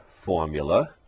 formula